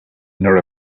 nor